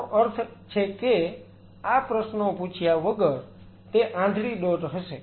મારો અર્થ છે કે આ પ્રશ્નો પૂછ્યા વગર તે આંધળી દોટ હશે